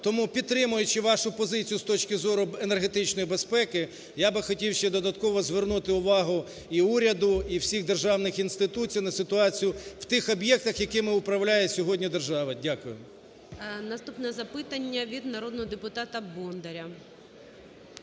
Тому, підтримуючи вашу позицію з точки зору енергетичної безпеки, я би хотів ще додатково звернути увагу і уряду, і всіх державних інституцій на ситуацію в тих об'єктах, якими управляє сьогодні держава. Дякую. ГОЛОВУЮЧИЙ. Наступне запитання - від народного депутата Бондаря